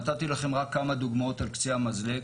נתתי לכם רק כמה דוגמאות על קצה המזלג.